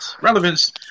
relevance